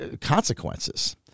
consequences